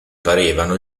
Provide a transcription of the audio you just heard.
parevano